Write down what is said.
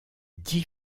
dix